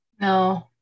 No